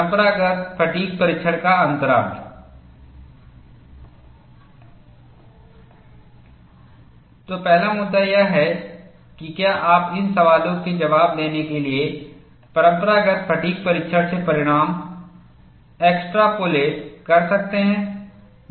परम्परागत फ़ैटिग् परीक्षण का अंतराल तो पहला मुद्दा यह है कि क्या आप इन सवालों के जवाब देने के लिए परम्परागत फ़ैटिग् परीक्षण से परिणाम एक्सट्रपलेशन कर सकते हैं